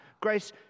Grace